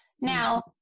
now